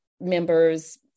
members